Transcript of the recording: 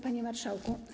Panie Marszałku!